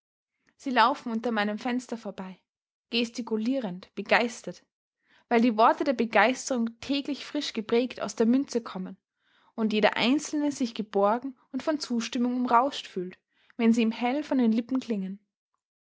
sie laufen unter meinem fenster vorbei gestikulierend begeistert weil die worte der begeisterung täglich frisch geprägt aus der münze kommen und jeder einzelne sich geborgen und von zustimmung umrauscht fühlt wenn sie ihm hell von den lippen klingen